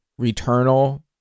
Returnal